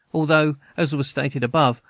although, as was stated above,